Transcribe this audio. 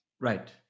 Right